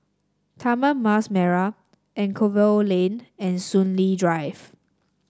Taman Mas Merah Anchorvale Lane and Soon Lee Drive